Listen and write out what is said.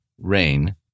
rain